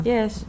Yes